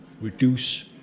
reduce